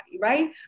right